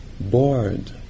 bored